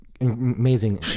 amazing